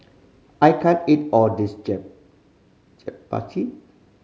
I can't eat all this Japchae